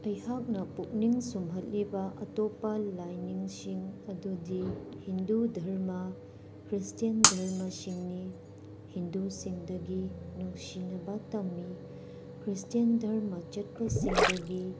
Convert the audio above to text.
ꯑꯩꯍꯥꯛꯅ ꯄꯨꯛꯅꯤꯡ ꯁꯨꯝꯍꯠꯂꯤꯕ ꯑꯇꯣꯞꯄ ꯂꯥꯏꯅꯤꯡꯁꯤꯡ ꯑꯗꯨꯗꯤ ꯍꯤꯟꯗꯨ ꯙꯔꯃ ꯈ꯭ꯔꯤꯁꯇꯦꯟ ꯙꯔꯃꯁꯤꯡꯅꯤ ꯍꯤꯟꯗꯨꯨꯁꯤꯡꯗꯒꯤ ꯅꯨꯡꯁꯤꯅꯕ ꯇꯝꯃꯤ ꯈ꯭ꯔꯤꯁꯇꯦꯟ ꯙꯔꯃ ꯆꯠꯄꯁꯤꯡꯗꯒꯤ